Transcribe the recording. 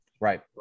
Right